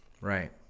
Right